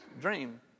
dream